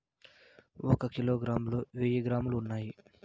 ఒక కిలోగ్రామ్ లో వెయ్యి గ్రాములు ఉన్నాయి